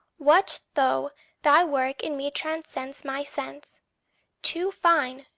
what though thy work in me transcends my sense too fine,